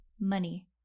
money